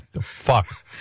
fuck